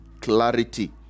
clarity